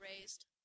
raised